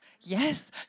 Yes